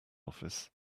office